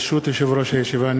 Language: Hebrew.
ברשות יושב-ראש הישיבה,